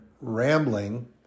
rambling